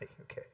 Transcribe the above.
okay